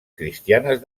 cristianes